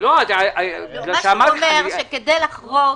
הוא אומר שכדי לחרוג